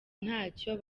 ntacyo